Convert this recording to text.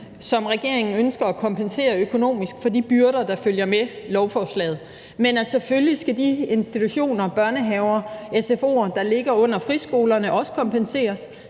som regeringen ønsker at kompensere økonomisk for de byrder, der følger med lovforslaget, men at de institutioner, børnehaver og sfo'er, der ligger under friskolerne, selvføgelig